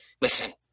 Listen